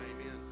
Amen